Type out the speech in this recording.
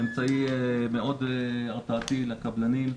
אמצעי מאוד הרתעתי לקבלנים.